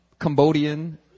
Cambodian